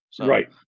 Right